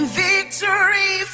victory